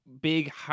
big